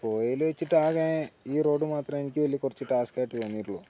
പോയതില് വച്ചിട്ടാകെ ഈ റോഡ് മാത്രമേ എനിക്കു വലിയ കുറച്ചു ടാസ്ക്കായിട്ടു തോന്നിയിട്ടുള്ളൂ